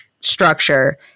structure